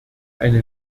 eine